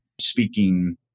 speaking